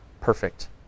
perfect